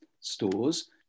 stores